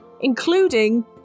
including